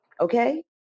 Okay